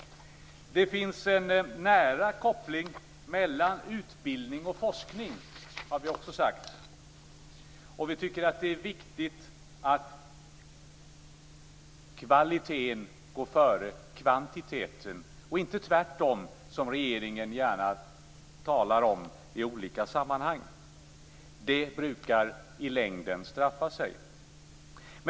Det finns en nära koppling mellan utbildning och forskning, har vi sagt. Vi tycker att det är viktigt att kvaliteten går före kvantiteten - inte tvärtom, som regeringen i olika sammanhang gärna talar om. Det brukar i längden straffa sig.